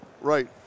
right